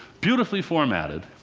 beautifully formatted.